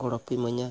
ᱜᱚᱲᱚᱯᱮ ᱤᱢᱟᱹᱧᱟ